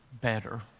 better